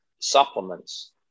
supplements